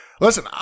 Listen